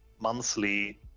monthly